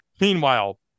Meanwhile